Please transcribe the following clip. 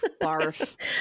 barf